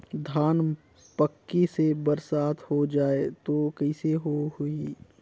धान पक्की से बरसात हो जाय तो कइसे हो ही?